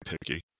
picky